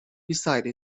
beside